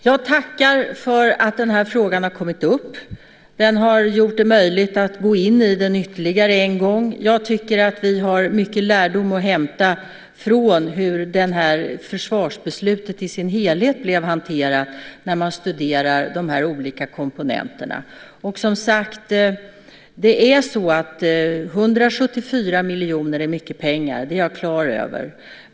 Herr talman! Jag tackar för att den här frågan har kommit upp. Det har gjort det möjligt att gå in i den ytterligare en gång. Jag tycker att vi har mycket lärdom att hämta från hur försvarsbeslutet i sin helhet blev hanterat när vi studerar de här olika komponenterna. 174 miljoner är som sagt mycket pengar; det är jag klar över.